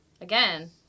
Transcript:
again